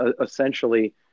essentially